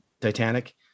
titanic